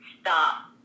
stop